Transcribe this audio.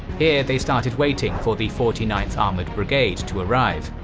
here they started waiting for the forty ninth armoured brigade to arrive.